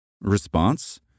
Response